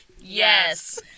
Yes